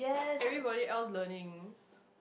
everybody else learning